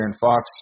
Fox